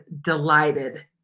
delighted